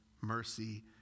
mercy